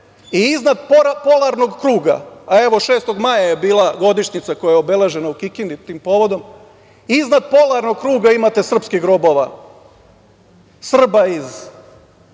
i iznad polarnog kruga, a evo 6. maja je bila godišnjica koja je obeležena u Kikindi tim povodom, iznad polarnog kruga imate srpskih grobova, Srba iz